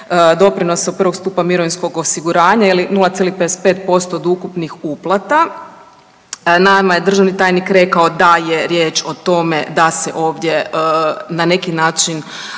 doprinosa prvog stupa mirovinskog osiguranja ili 0,55% od ukupnih uplata. Nama je državni tajnik rekao da je riječ o tome da se ovdje na neki način